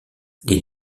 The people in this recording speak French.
les